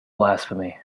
blasphemy